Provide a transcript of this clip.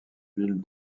villes